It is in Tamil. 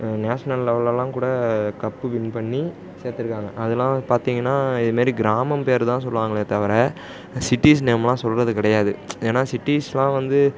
நேஷ்னல் லெவல்லலாம் கூட கப்பு வின் பண்ணி சேர்த்துருக்காங்க அதெல்லாம் பார்த்தீங்கன்னா இதுமாரி கிராமம் பேர் தான் சொல்வாங்களே தவிர சிட்டீஸ் நேம்லாம் சொல்கிறது கிடையாது ஏன்னா சிட்டீஸ்லாம் வந்து